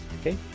Okay